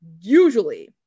usually